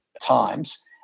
times